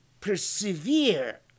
persevere